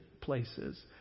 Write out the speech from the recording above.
places